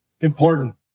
important